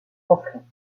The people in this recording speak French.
conflits